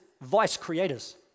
vice-creators